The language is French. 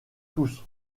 tous